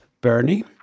Bernie